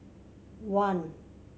one